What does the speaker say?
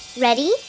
Ready